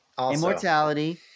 immortality